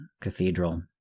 Cathedral